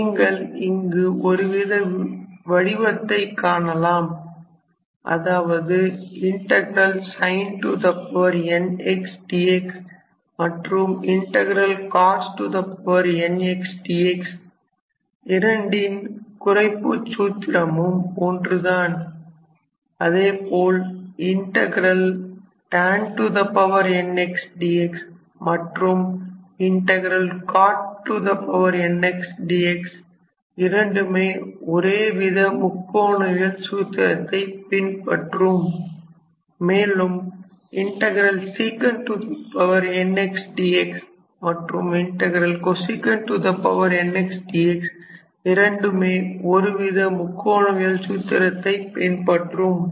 நீங்கள் இங்கு ஒருவித வடிவத்தைக் காணலாம் அதாவது sin n x dx மற்றும் cos n x dx இரண்டின் குறைப்புச் சூத்திரமும் ஒன்றுதான் அதேபோல் tan n x dx மற்றும்cot n x dx இரண்டுமே ஒரேவித முக்கோணவியல் சூத்திரத்தை பின்பற்றும் மேலும் sec n x dx மற்றும் cosec n x dx இரண்டுமே ஒரே வித முக்கோணவியல் சூத்திரத்தை பின்பற்றும்